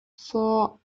for